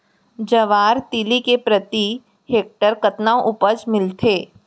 जवाहर तिलि के प्रति हेक्टेयर कतना उपज मिलथे?